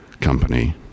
company